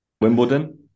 Wimbledon